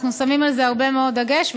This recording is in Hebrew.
אנחנו שמים על זה הרבה מאוד דגש,